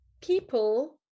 people